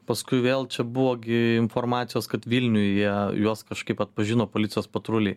paskui vėl čia buvo gi informacijos kad vilniuje juos kažkaip atpažino policijos patruliai